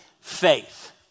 faith